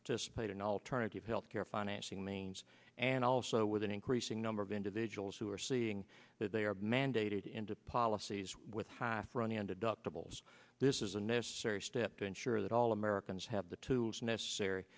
participate in alternative health care financing means and also with an increasing number of individuals who are seeing that they are mandated into policies with high front and adoptable this is a necessary step to ensure that all americans have the tools necessary